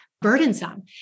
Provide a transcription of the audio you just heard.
burdensome